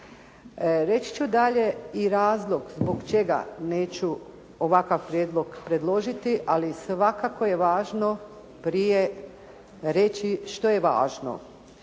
Reći ću dalje i razlog zbog čega neću ovakav prijedlog predložiti, ali svakako je važno prije reći što je važno